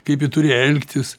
kaip ji turi elgtis